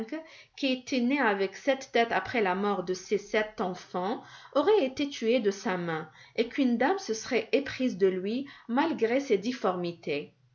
qui était né avec sept têtes après la mort de ses sept enfants aurait été tué de sa main et qu'une dame se serait éprise de lui malgré ses difformités